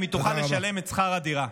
אם היא תוכל לשלם את שכר הדירה.